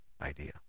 idea